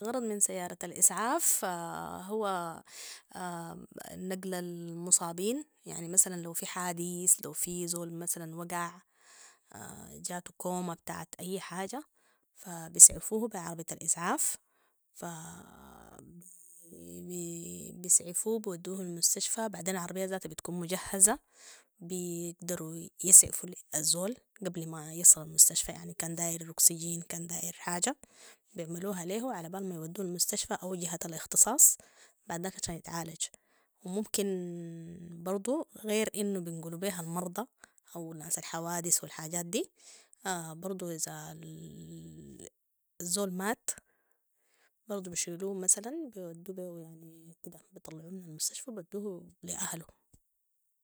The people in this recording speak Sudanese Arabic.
الغرض من سيارة الإسعاف هو نقل المصابين يعني مثلا لو في حادث لو في زول مثلا وقع جاتوا كومة بتاعت اي حاجة فبيسعفوهو بي عربية الإسعاف- بيسعفو بيودو المستشفى بعدين عربية ذاتا بتكون مجهزة بيقدروا يسعفوا الزول قبل ما يصل المستشفى يعني كان دير<oxygen> كان داير حاجه بيعملوها ليهو علي بال ما يودوهو المستشفي أو جهة الاختصاص بعد داك عشان يتعالج وممكن برضو غير أنو بينقلو بيها المرضى أو ناس الحوادث والحاجات دي برضو اذا الزول مات برضو بشيلو مثلاً بيودوبيو يعني كده بطلعو من المستشفى بيودوهو لأهله